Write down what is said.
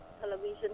television